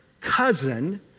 cousin